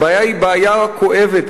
הבעיה היא בעיה כואבת,